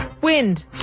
Wind